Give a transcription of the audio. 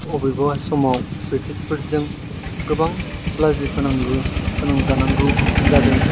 अबेबा समाव ब्रिटिसफोरजों गोबां लाजिफोनांजानांगौ जादों